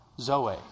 Zoe